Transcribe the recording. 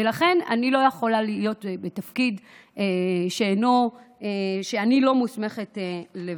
ולכן אני לא יכולה להיות בתפקיד שאני לא מוסמכת לבצע.